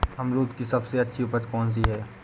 अमरूद की सबसे अच्छी उपज कौन सी है?